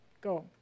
Go